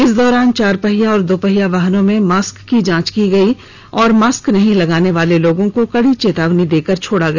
इस दौरान चार पहिया एवं दोपहिया वाहनों में मास्क की जांच की गई एवं मास्क नहीं लगाने वाले लोगों को कड़ी चेतावनी देकर छोड़ दिया गया